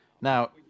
Now